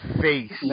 face